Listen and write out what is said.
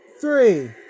three